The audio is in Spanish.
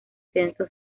censo